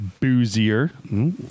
boozier